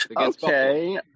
Okay